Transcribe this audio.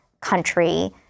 country